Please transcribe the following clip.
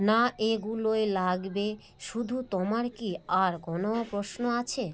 না এগুলোয় লাগবে শুধু তোমার কি আর কোনো প্রশ্ন আছে